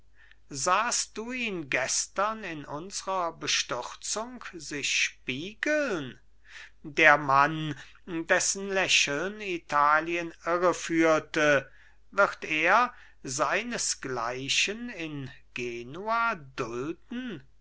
sahest du ihn gestern in unsrer bestürzung sich spiegeln der mann dessen lächeln italien irreführte wird er seinesgleichen in genua dulden